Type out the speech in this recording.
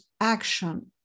action